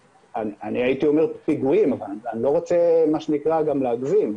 אני הייתי אומר 'פיגועים' אבל אני לא רוצה מה שנקרא גם להגזים.